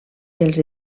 els